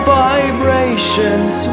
vibrations